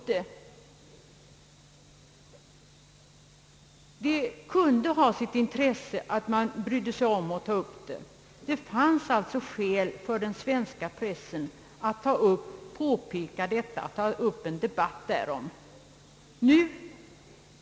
Det kunde ha sitt intresse att man där brydde sig om att ta upp frågan. Det fanns alltså skäl för svenska pressen att påpeka det och föra en debatt därom.